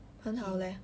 很好 leh